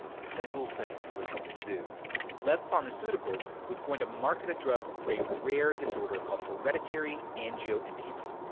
a single thing it was going to do lev pharmaceuticals was going to market a drug for a rare disorder called hereditary angioedema.